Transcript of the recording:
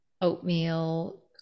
oatmeal